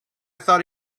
thought